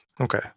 okay